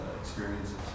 experiences